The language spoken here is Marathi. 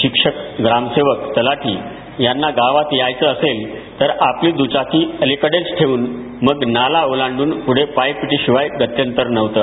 शिक्षक ग्रामसेवक तलाठी यांना गावात यायचं असेल तर आपली दुचाकी अलिकडेच ठेऊन मग नाला ओलांडून पुढे पायपिटीशिवाय गत्यंतर नव्हतं